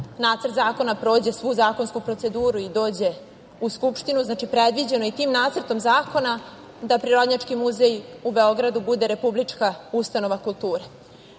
nacrt zakona prođe svu zakonsku proceduru i dođe u Skupštinu, da je predviđeno i tim nacrtom zakona da Prirodnjački muzej u Beogradu bude republička ustanova kulture.U